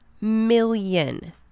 million